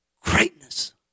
greatness